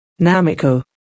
Namiko